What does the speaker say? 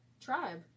tribe